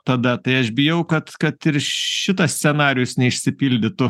tada tai aš bijau kad kad ir šitas scenarijus neišsipildytų